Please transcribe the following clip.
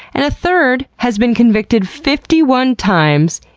and a third has been convicted fifty one times,